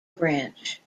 branch